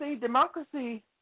democracy